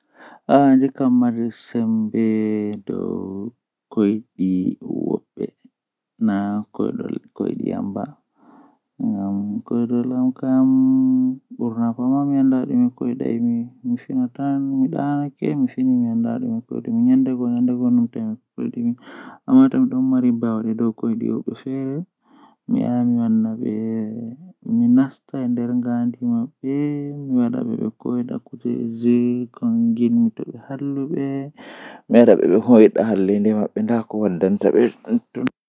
Ahawran kare ma fuu babal gotel anyobba malla atagga dum wurta dum wurta perpetel nden alowadi haa babal buri maunugo ahosa bo kare ma perpetel a loowa haa boorooji woni haa sera perpetel man adasa zip ma a mabba.